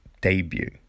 debut